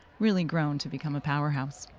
really grown to become a powerhouse.